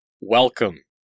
welcome